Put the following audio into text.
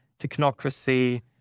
technocracy